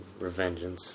Revengeance